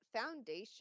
foundation